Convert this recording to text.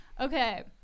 okay